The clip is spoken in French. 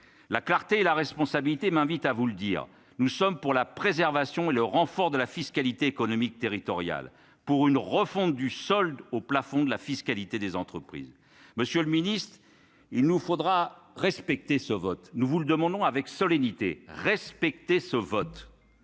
la clarté, la responsabilité m'invite à vous le dire, nous sommes pour la préservation et le renfort de la fiscalité économique territoriale pour une refonte du solde au plafond de la fiscalité des entreprises, monsieur le ministre, il nous faudra respecter ce vote, nous vous le demandons avec solennité respecter ce vote